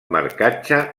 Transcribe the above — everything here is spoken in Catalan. marcatge